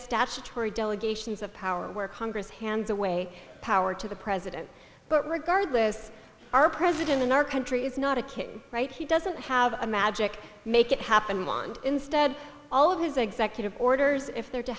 statutory delegations of power where congress hands away power to the president but regardless our president in our country is not a kid right he doesn't have a magic make it happen one instead all of his executive orders if they're to